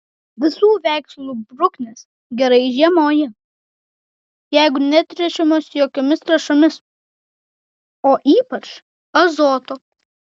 visų veislių bruknės gerai žiemoja jeigu netręšiamos jokiomis trąšomis o ypač azoto